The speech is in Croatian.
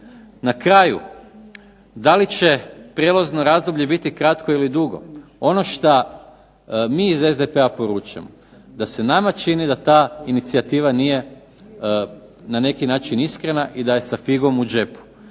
Na kraju, da li će prijelazno razdoblje biti kratko ili dugo. Ono šta mi iz SDP-a poručujemo da se nama čini da ta inicijativa nije na neki način iskrena i da je sa figom u džepu.